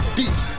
deep